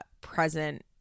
present